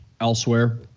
Elsewhere